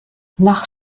nach